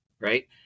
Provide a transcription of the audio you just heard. right